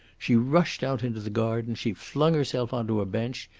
she rushed out into the garden. she flung herself on to a bench.